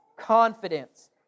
confidence